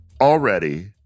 already